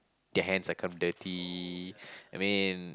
their hands are kind of dirty I mean